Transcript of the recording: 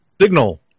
Signal